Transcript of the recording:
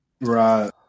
Right